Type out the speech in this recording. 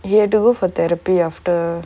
you had to go for therapy after